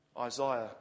Isaiah